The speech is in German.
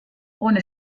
ohne